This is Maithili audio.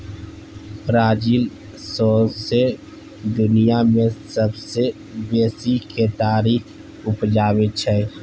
ब्राजील सौंसे दुनियाँ मे सबसँ बेसी केतारी उपजाबै छै